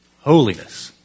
holiness